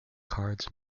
cards